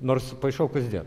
nors paišau kasdien